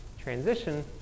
transition